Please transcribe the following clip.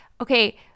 Okay